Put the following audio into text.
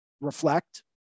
reflect